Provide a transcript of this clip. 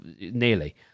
nearly